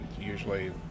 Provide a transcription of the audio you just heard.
Usually